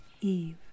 Eve